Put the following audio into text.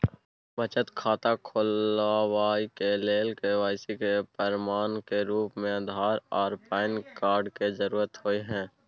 बचत खाता खोलाबय के लेल के.वाइ.सी के प्रमाण के रूप में आधार आर पैन कार्ड के जरुरत होय हय